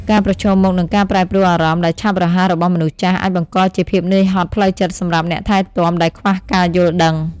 ការប្រឈមមុខនឹងការប្រែប្រួលអារម្មណ៍ដែលឆាប់រហ័សរបស់មនុស្សចាស់ អាចបង្កជាភាពនឿយហត់ផ្លូវចិត្តសម្រាប់អ្នកថែទាំដែលខ្វះការយល់ដឹង។